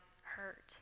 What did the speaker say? hurt